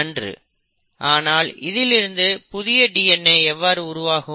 நன்று ஆனால் இதிலிருந்து புதிய DNA எவ்வாறு உருவாகும்